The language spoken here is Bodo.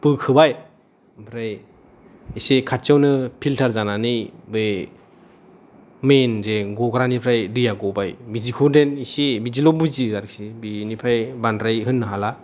बोखोबाय ओमफ्राय एसे खाथिआवनो फिल्टार जानानै बे मेन दै गग्रानिफ्राय दैआ गबाय बिदिखौदेन एसे बिदिखौ बुजियो आरो बेनिफ्राय बांद्राय होननो हाला